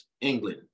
England